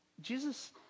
Jesus